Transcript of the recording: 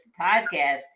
podcast